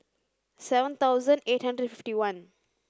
seven thousand eight hundred and fifty one